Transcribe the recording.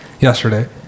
yesterday